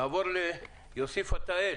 נעבור ליוסי פתאל.